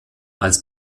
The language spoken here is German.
als